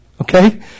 Okay